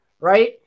right